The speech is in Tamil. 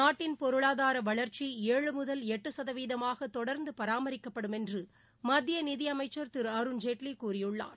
நாட்டின் பொருளாதார வளர்ச்சி ஏழு முதல் எட்டு சதவீதமாக தொடர்ந்து பராமிக்கப்படும் என்று மத்திய நிதி அமைச்சர் திரு அருண்ஜேட்வி கூறியுள்ளார்